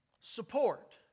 Support